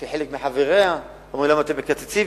וחלק מחבריה אומרים: למה אתם מקצצים?